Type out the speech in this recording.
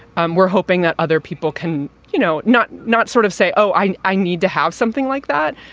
um we're hoping that other people can, you know, not not sort of say, oh, i i need to have something like that.